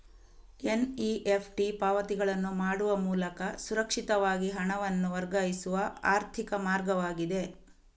NEFT ಪಾವತಿಗಳನ್ನು ಮಾಡುವ ಮೂಲಕ ಸುರಕ್ಷಿತವಾಗಿ ಹಣವನ್ನು ವರ್ಗಾಯಿಸುವ ಆರ್ಥಿಕ ಮಾರ್ಗವಾಗಿದೆ